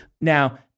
Now